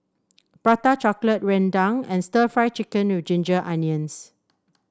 Prata Chocolate Rendang and stir Fry Chicken with Ginger Onions